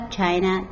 China